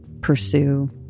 pursue